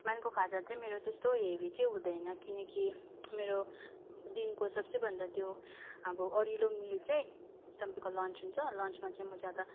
बिहानको खाजा चाहिँ मेरो त्यस्तो हेभी चाहिँ हुँदैन किनकि मेरो दिनको सबसे भन्दा त्यो अब अडिलो मिल चाहिँ चम्पीको लन्च हुन्छ लन्चमा चाहिँ म ज्यादा